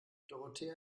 dorothea